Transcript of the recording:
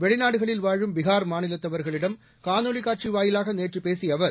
வெளிநாடுகளில் வாழும் பீகார் மாநிலத்தவர்களிடம் காணொலிக் காட்சி வாயிலாக நேற்று பேசிய அவர்